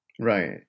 Right